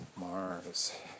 Mars